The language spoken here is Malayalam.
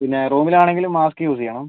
പിന്നേ റൂമിലാണെങ്കിലും മാസ്ക് യൂസ് ചെയ്യണം